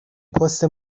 پست